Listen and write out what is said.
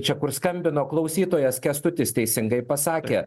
čia kur skambino klausytojas kęstutis teisingai pasakė